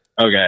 Okay